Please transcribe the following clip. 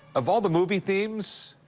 of all the movie themes,